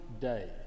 day